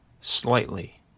slightly